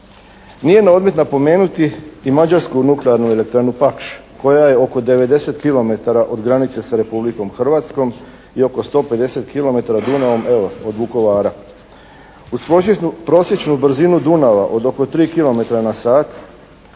Nije na odmet napomenuti i mađarsku nuklearnu elektranu "Paks" koja je oko 90 kilometara od granice sa Republikom Hrvatskom i oko 150 kilometara Dunavom evo, od Vukovara. Uz prosječnu brzinu Dunava od oko 3 kilometra na sat,